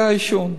זה העישון.